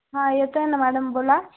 हां येतं आहे ना मॅडम बोला